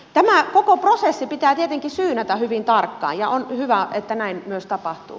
tämä koko prosessi pitää tietenkin syynätä hyvin tarkkaan ja on hyvä että näin myös tapahtuu